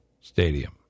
stadium